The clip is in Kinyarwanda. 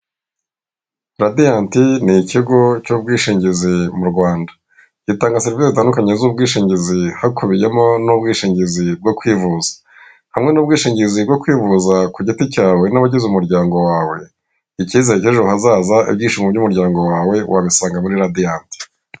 Radiyanti ni ikigo cy'ubwishingizi mu Rwanda, gitanga serivise zitandukanye z'ubwishingizi hakubiyemo n'ubwishingizi bwo kwivuza, hamwe n'ubwishingizi bwo kwivuza ku giti cyawe n'abagize umuryango wawe, ikizere k'ejo hazaza, ibyishimo by'umuryango wawe, wabisanga muri radiyanti.